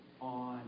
on